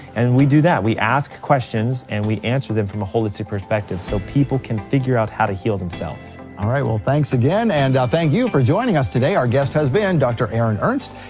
and we do that, we ask questions and we answer them from a holistic perspective, so people can figure out how to heal themselves alright, well thanks again, and thank you for joining us today, our guest has been dr. aaron ernst,